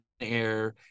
air